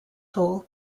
hall